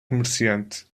comerciante